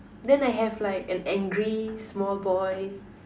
oh then I have like an angry small boy